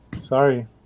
Sorry